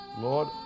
Lord